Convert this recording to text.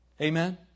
Amen